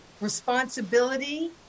responsibility